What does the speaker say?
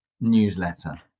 newsletter